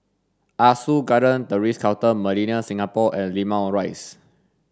Ah Soo Garden The Ritz Carlton Millenia Singapore and Limau Rise